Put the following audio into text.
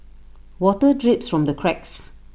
water drips from the cracks